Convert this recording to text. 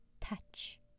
touch